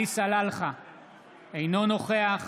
אינו נוכח